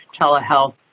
telehealth